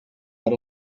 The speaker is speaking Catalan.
per